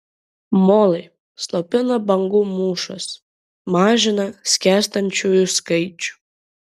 molai slopina bangų mūšas mažina skęstančiųjų skaičių